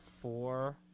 four